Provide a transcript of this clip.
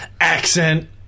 accent